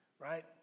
Right